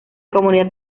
comunidad